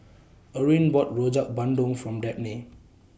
Orene bought Rojak Bandung For Dabney